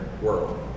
world